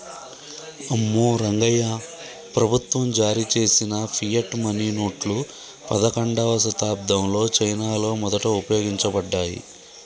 అమ్మో రంగాయ్యా, ప్రభుత్వం జారీ చేసిన ఫియట్ మనీ నోట్లు పదకండవ శతాబ్దంలో చైనాలో మొదట ఉపయోగించబడ్డాయి